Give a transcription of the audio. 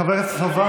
חבר הכנסת סובה,